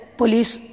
police